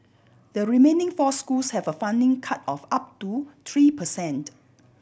the remaining four schools have a funding cut of up to three per cent